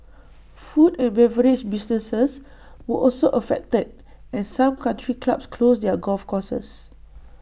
food and beverage businesses were also affected and some country clubs closed their golf courses